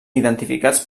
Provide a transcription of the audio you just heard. identificats